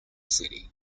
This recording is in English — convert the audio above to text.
city